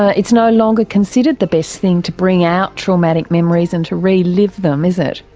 it's no longer considered the best thing to bring out traumatic memories and to relive them is it?